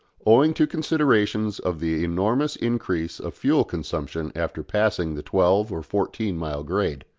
owing to considerations of the enormous increase of fuel-consumption after passing the twelve or fourteen mile grade.